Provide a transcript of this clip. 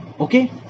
Okay